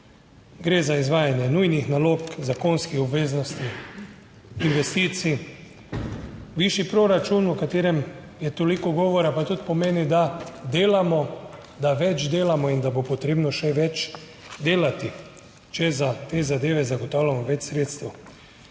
Gre za izvajanje nujnih nalog, zakonskih obveznosti, investicij. Višji proračun, o katerem je toliko govora, pa tudi pomeni, da delamo, da več delamo in da bo potrebno še več delati, če za te zadeve zagotavljamo več sredstev.